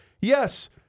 yes